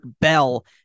Bell